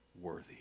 worthy